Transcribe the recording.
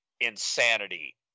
insanity